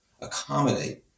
accommodate